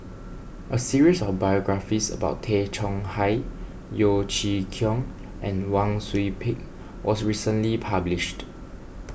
a series of biographies about Tay Chong Hai Yeo Chee Kiong and Wang Sui Pick was recently published